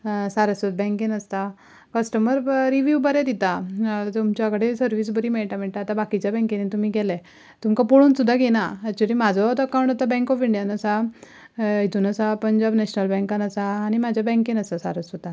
सारस्वत बँकेन आसता customer review बरें दिता तुमच्या कडेन सरवीस बरी मेळटा मेळटा आतां बाकीच्या बँकेनी तुमी गेले तुमकां पळोवन सुद्दां घेयना एक्चुली म्हजो आतां अकावंट बँक ऑफ इंडियान आसा हितून आसा पंजाब नॅशनल बँकान आसा आनी म्हज्या बँकेन आसा सारस्वतान